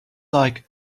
like